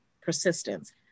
persistence